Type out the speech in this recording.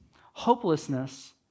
hopelessness